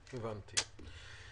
הבנתי,